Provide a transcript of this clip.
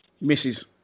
Misses